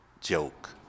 joke